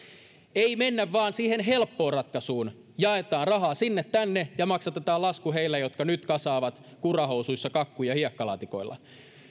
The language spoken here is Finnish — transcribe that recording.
ei mennä vain siihen helppoon ratkaisuun että jaetaan rahaa sinne tänne ja maksatetaan lasku heillä jotka nyt kasaavat kurahousuissa kakkuja hiekkalaatikoilla